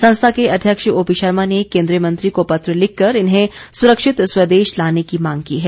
संस्था के अध्यक्ष ओपी शर्मा ने केंद्रीय मंत्री को पत्र लिखकर इन्हें सुरक्षित स्वदेश लाने की मांग की है